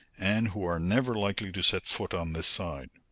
and who are never likely to set foot on this side.